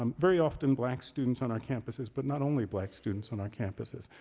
um very often black students on our campuses, but not only black students on our campuses.